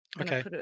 Okay